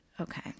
Okay